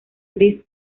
gris